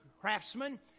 craftsmen